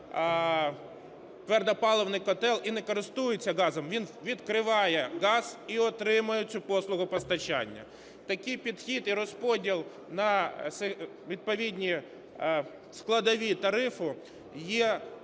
твердопаливний котел і не користується газом, він відкриває газ і отримує цю послугу постачання. Такий підхід і розподіл на відповідні складові тарифу є